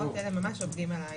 בשעות אלו ממש עובדים על זה.